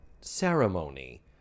ceremony